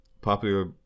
Popular